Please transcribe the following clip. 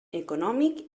econòmic